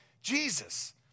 Jesus